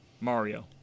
Mario